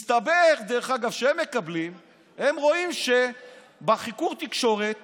מסתבר שכשהם מקבלים הם רואים שבחיקור התקשורת